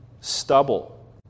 stubble